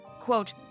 Quote